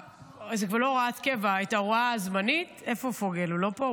זו כבר לא הוראת קבע, איפה פוגל, הוא לא פה?